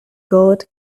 gold